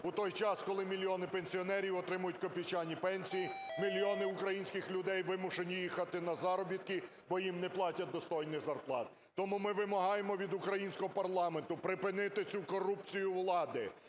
у той час, коли мільйони пенсіонерів отримують копійчані пенсії, мільйони українських людей вимушені їхати за заробітки, бо їм не платять достойних зарплат. Тому ми вимагаємо від українського парламенту припинити цю корупцію влади,